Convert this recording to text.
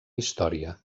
història